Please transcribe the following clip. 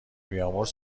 بیامرز